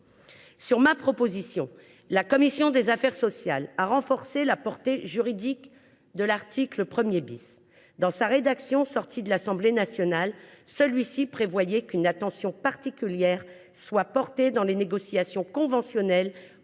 Sur ma proposition, la commission des affaires sociales a renforcé la portée juridique de l’article 1. Dans sa rédaction issue des travaux de l’Assemblée nationale, cet article prévoyait qu’une attention particulière devait être portée, lors des négociations conventionnelles,